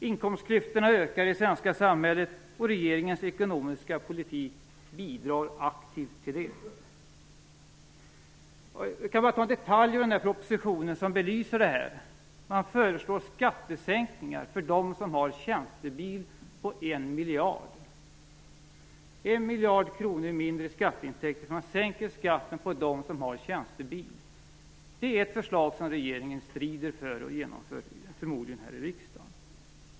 Inkomstklyftorna ökar i det svenska samhället, och regeringens ekonomiska politik bidrar aktivt till det. Jag skall peka på en detalj ur propositionen som belyser det här. Man föreslår skattesänkningar på en miljard för dem som har tjänstebil. Det blir en miljard kronor mindre i skatteintäkter när man sänker skatten för dem som har tjänstebil. Det är ett förslag som regeringen strider för och förmodligen genomför här i riksdagen.